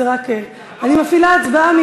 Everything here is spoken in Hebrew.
אני מפעילה הצבעה.